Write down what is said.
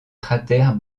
cratère